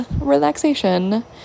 relaxation